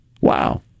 Wow